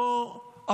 אלו שזמנם שאול,